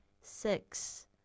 Six